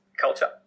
culture